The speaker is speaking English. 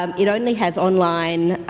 um it only has online